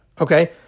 Okay